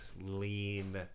lean